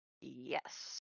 Yes